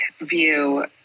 view